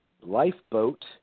Lifeboat